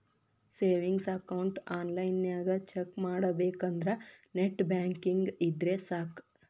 savings account ಆನ್ಲೈನ್ನ್ಯಾಗ check ಮಾಡಬೇಕಂದ್ರ net banking ಇದ್ರೆ ಸಾಕ್